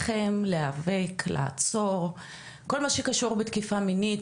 להיאבק ולעצור כל מה שקשור בתקיפה מינית